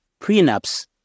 prenups